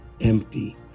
empty